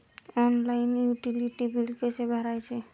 Online utility बिले कसे भरायचे?